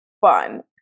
fun